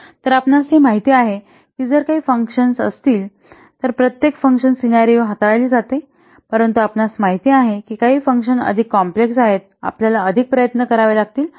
तर आपणास हे माहित आहे की जर काही फंक्शन्स असतील तर प्रत्येक फंक्शन सिनॅरिओ हाताळले जाते परंतु आपणास माहित आहे की काही फंक्शन्स अधिक कॉम्प्लेक्स आहेत आपल्याला अधिक प्रयत्न करावे लागतील